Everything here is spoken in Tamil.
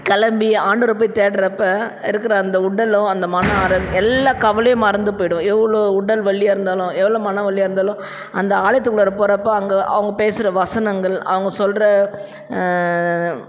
கிளம்பி ஆண்டவரை போய் தேடுறப்ப இருக்கிற அந்த உடலும் அந்த மன ஆரோக் எல்லா கவலையும் மறந்து போயிடும் எவ்வளோ உடல் வலியாக இருந்தாலும் எவ்வளோ மனவலியாகே இருந்தாலும் அந்த ஆலயத்துக்குள்ளார போகிறப்ப அங்கே அவங்க பேசுகிற வசனங்கள் அவங்க சொல்கிற